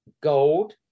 gold